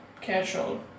casual